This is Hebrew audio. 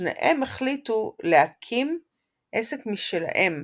ושניהם החליטו להקים עסק משלהם,